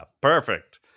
perfect